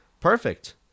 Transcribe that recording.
perfect